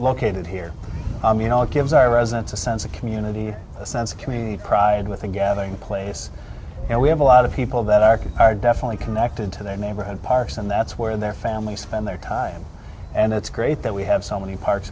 located here i mean all it gives our residents a sense community a sense of community pride with a gathering place and we have a lot of people that are are definitely connected to their neighborhood parks and that's where their families spend their time and it's great that we have so many parks